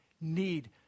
need